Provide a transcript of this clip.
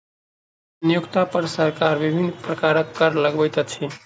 नियोक्ता पर सरकार विभिन्न प्रकारक कर लगबैत अछि